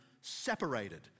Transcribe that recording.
separated